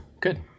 Good